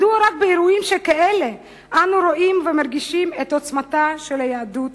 מדוע רק באירועים כאלה אנו רואים ומרגישים את עוצמתה של יהדות